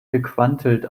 gequantelt